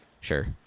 sure